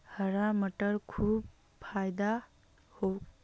हरा मटरेर खूब फायदा छोक